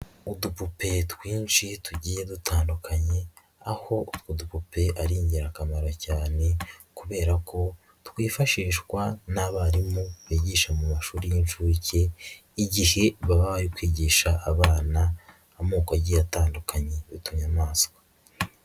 Udupupe twinshi tugiye dutandukanye, aho utwo dupupe ari ingirakamaro cyane kubera ko twifashishwa n'abarimu bigisha mu mashuri y'inshuke, igihe baba bari kwigisha abana amoko agiye atandukanye y'utunyamaswa.